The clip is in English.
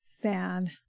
sad